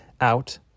out